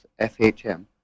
FHM